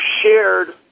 shared